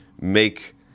make